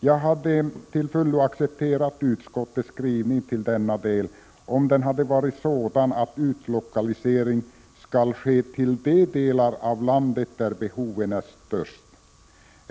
Jag hade till fullo accepterat utskottets skrivning till denna del, om den hade varit sådan att utlokalisering skall ske till de delar av landet där behoven ärstörst.